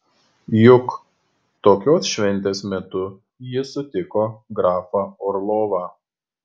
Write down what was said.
juk tokios šventės metu ji sutiko grafą orlovą